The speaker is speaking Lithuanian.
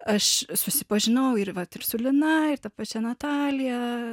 aš susipažinau ir vat ir su lina ir ta pačia natalija